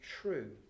true